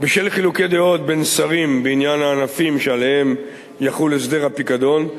בשל חילוקי דעות בין שרים בעניין הענפים שעליהם יחול הסדר הפיקדון,